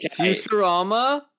Futurama